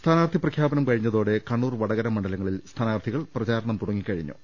സ്ഥാനാർഥി പ്രഖ്യാപനം കഴിഞ്ഞതോടെ കണ്ണൂർ വടകര മണ്ഡലങ്ങളിൽ സ്ഥാനാർഥികളുടെ പ്രചാരണം തുടങ്ങിക്കഴിഞ്ഞു